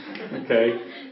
Okay